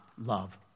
love